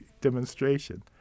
demonstration